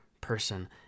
person